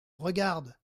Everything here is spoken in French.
regarde